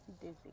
dizzy